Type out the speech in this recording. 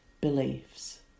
beliefs